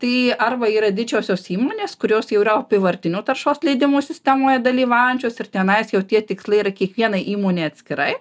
tai arba yra didžiosios įmonės kurios jau yra apyvartinių taršos leidimų sistemoje dalyvaujančios ir tenais jau tie tikslai yra kiekvienai įmonei atskirai